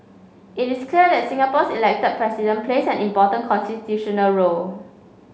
it is clear that Singapore's elected President plays an important constitutional role